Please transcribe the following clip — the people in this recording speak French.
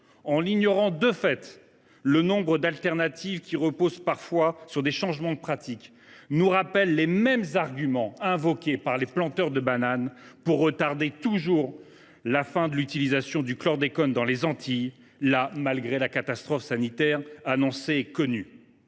en ignorant de fait nombre d’alternatives qui reposent parfois sur des changements de pratiques, nous rappelle le même argument invoqué par les planteurs de bananes pour retarder sans cesse la fin de l’utilisation du chlordécone dans les Antilles – là encore, malgré la catastrophe sanitaire annoncée et connue.